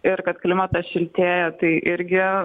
ir kad klimatas šiltėja tai irgi